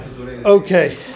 Okay